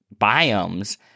biomes